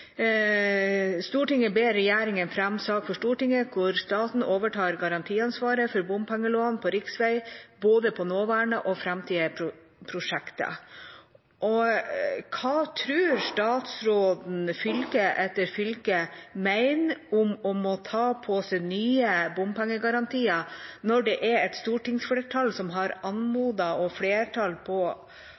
ber regjeringen fremme sak for Stortinget hvor staten overtar garantiansvaret for bompengelån på riksveg, både på nåværende og framtidige prosjekter.» Hva tror statsråden fylke etter fylke mener om å måte ta på seg nye bompengegarantier når det er et stortingsflertall som har anmodet om at fylkeskommunene skal slippe det, og